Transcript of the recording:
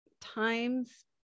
times